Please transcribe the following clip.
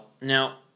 Now